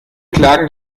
klagen